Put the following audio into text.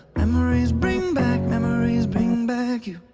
memories bring back memories bring back you